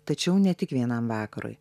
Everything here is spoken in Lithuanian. tačiau ne tik vienam vakarui